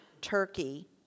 Turkey